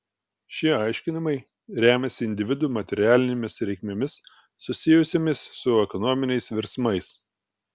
šie aiškinimai remiasi individų materialinėmis reikmėmis susijusiomis su ekonominiais virsmais